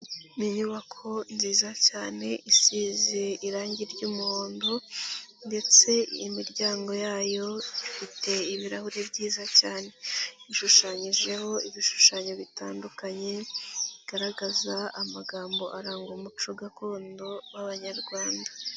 Ni inyubako nziza cyane isize irangi ry'umuhondo ndetse imiryango yayo ifite ibirahuri byiza cyane, ishushanyijeho ibishushanyo bitandukanye bigaragaza amagambo aranga umuco gakondo w'abanyarwanda.